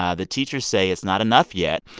ah the teachers say it's not enough yet.